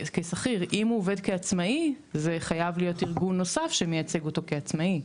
אם הוא עובד כעצמאי זה חייב להיות ארגון נוסף שמייצג אותו כעצמאי.